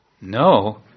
No